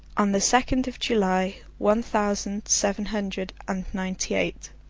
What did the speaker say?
on the second of july, one thousand seven hundred and ninety-eight.